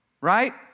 Right